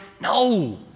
no